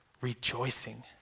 rejoicing